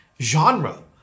genre